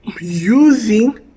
using